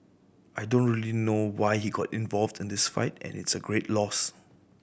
I don't real know why he got involved in this fight and it's a great loss